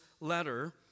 letter